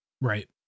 Right